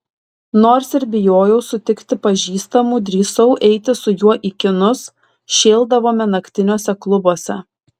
nors ir bijojau sutikti pažįstamų drįsau eiti su juo į kinus šėldavome naktiniuose klubuose